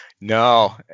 No